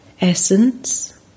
Essence